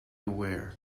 aware